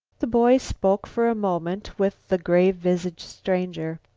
the boy spoke for a moment with the grave-visaged stranger.